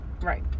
Right